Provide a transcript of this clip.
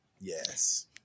yes